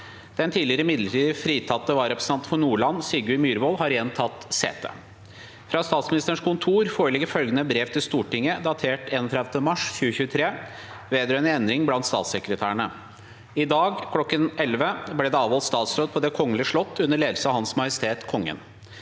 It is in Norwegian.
Den tidligere midlertidig fritatte vararepresentanten for Nordland, Sigurd Myrvoll, har igjen tatt sete. Fra Statsministerens kontor foreligger følgende brev til Stortinget, datert 31. mars 2023, vedrørende endring blant statssekretærene: «I dag klokken 11.00 ble det avholdt statsråd på Det kongelige slott under ledelse av Hans Majestet Kongen.